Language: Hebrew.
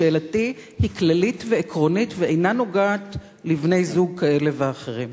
שאלתי היא כללית ועקרונית ואינה נוגעת לבני-זוג כאלה ואחרים.